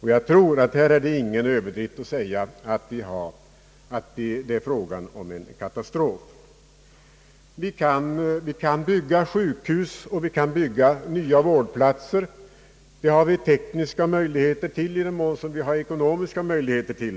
Här är det ingen överdrift att säga, att det är fråga om en katastrof. Vi kan bygga sjukhus och vi kan bygga nya vårdplatser. Det har vi tekniska möjligheter till i den mån som det är ekonomiskt möjligt.